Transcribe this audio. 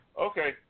Okay